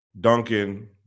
Duncan